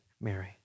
Mary